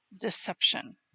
deception